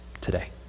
today